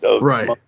Right